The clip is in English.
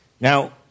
Now